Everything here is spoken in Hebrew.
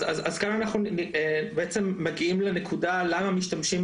אז כאן אנחנו בעצם מגיעים לנקודה של למה משתמשים